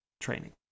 training